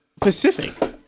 Pacific